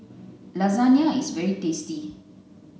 lasagna is very tasty